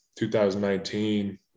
2019